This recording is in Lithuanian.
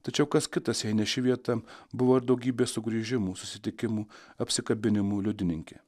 tačiau kas kitas jei ne ši vieta buvo ir daugybė sugrįžimų susitikimų apsikabinimų liudininkė